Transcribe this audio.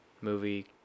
movie